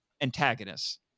antagonists